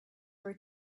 were